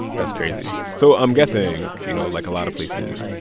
that's crazy. so i'm guessing, you know, like a lot of places,